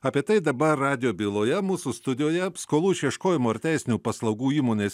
apie tai dabar radijo byloje mūsų studijoje skolų išieškojimo ir teisinių paslaugų įmonės